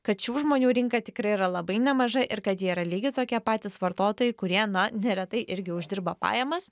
kad šių žmonių rinka tikrai yra labai nemaža ir kad jie yra lygiai tokie patys vartotojai kurie na neretai irgi uždirba pajamas